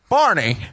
Barney